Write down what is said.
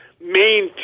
main